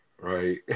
Right